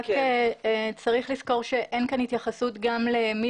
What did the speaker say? רק צריך לזכור שאין כאן התייחסות גם למי